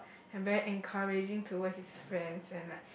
and very encouraging towards his friends and like